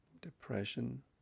depression